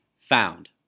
Found